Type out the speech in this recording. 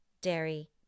dairy